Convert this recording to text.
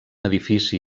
edifici